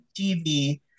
TV